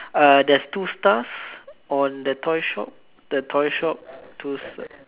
err there's two stars on the toy shop the toy shop two